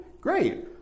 Great